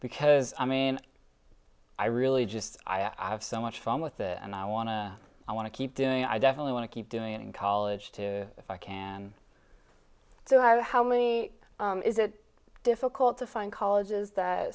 because i mean i really just i have so much fun with it and i want to i want to keep doing i definitely want to keep doing it in college too if i can so far how many is it difficult to find colleges that